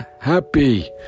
Happy